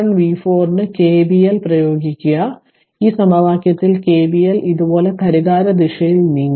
ഇപ്പോൾ ഈ സമവാക്യത്തിൽ KVL ഇതുപോലെ ഘടികാരദിശയിൽ നീങ്ങുന്നു